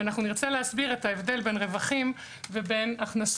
נסביר את ההבדל בין רווחים להכנסות.